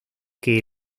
que